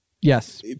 Yes